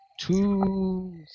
two